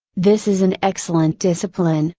this is an excellent discipline,